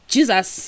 Jesus